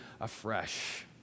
afresh